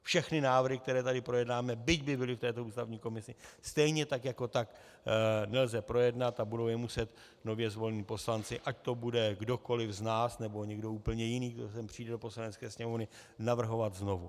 Všechny návrhy, které tady projednáme, byť by byly v této ústavní komisi, stejně tak jako tak nelze projednat a budou je muset nově zvolení poslanci, ať to bude kdokoliv z nás, nebo někdo úplně jiný, kdo přijde sem do Poslanecké sněmovny, navrhovat znovu.